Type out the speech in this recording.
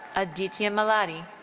aditya malladi.